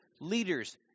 leaders